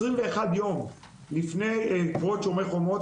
21 יום לפני פרוץ "שומר החומות",